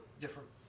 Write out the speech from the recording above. different